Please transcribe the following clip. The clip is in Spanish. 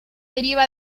deriva